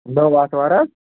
نٔو آتھوار حظ